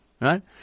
right